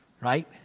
Right